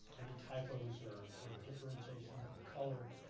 any typos or or differentiation in color,